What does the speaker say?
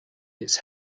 its